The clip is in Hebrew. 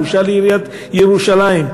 בושה לעיריית ירושלים,